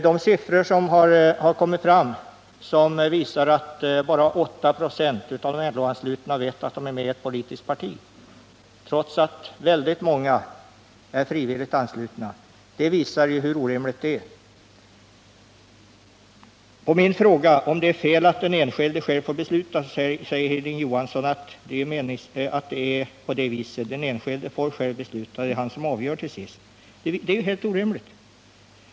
De siffror som har kommit fram och som visar att bara 8 96 av de LO anslutna vet att de är med i ett politiskt parti, trots att väldigt många är frivilligt anslutna, avslöjar hur orimligt det är. På min fråga, om det är fel att den enskilde själv får besluta, svarar Hilding Johansson att den enskilde själv får besluta, att det är han som avgör till sist. Det svaret är helt orimligt.